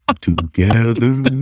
together